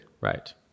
Right